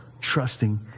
trusting